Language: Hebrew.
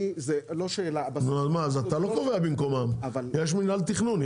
אז אתה לא קובע במקומם, יש מינהל תכנון.